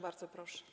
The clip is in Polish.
Bardzo proszę.